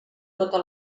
tota